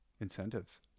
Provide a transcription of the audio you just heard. Incentives